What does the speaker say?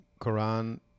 Quran